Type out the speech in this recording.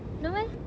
no meh